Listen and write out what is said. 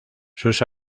sus